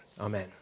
amen